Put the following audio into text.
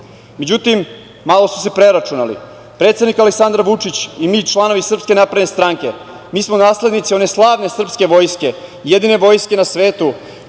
srpsko.Međutim, malo su se preračunali. Predsednik Aleksandar Vučić i mi članovi SNS, mi smo naslednici one slavne srpske vojske, jedine vojske na svetu